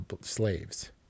slaves